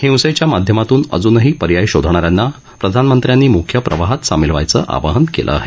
हिंसेच्या माध्यमातून अजूनही पर्याय शोधणा यांना प्रधानमंत्र्यांनी मुख्य प्रवाहात सामिल व्हायचं आवाहन केलं आहे